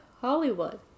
Hollywood